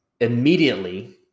immediately